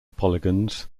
polygons